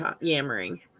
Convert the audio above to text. yammering